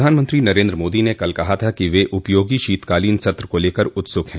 प्रधानमंत्री नरेन्द्र मोदी ने कल कहा था कि वे उपयोगी शीतकालीन सत्र को लेकर उत्सुक हैं